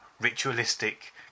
ritualistic